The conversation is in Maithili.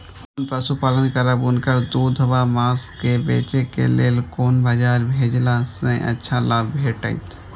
जोन पशु पालन करब उनकर दूध व माँस के बेचे के लेल कोन बाजार भेजला सँ अच्छा लाभ भेटैत?